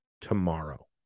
tomorrow